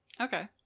Okay